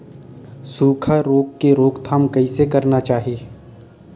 सुखा रोग के रोकथाम कइसे करना चाही?